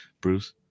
Bruce